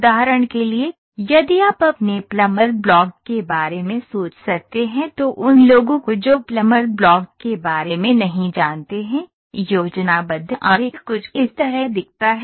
उदाहरण के लिए यदि आप अपने प्लमर ब्लॉक के बारे में सोच सकते हैं तो उन लोगों को जो प्लमर ब्लॉक के बारे में नहीं जानते हैं योजनाबद्ध आरेख कुछ इस तरह दिखता है